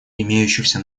имеющихся